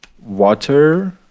water